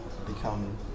Become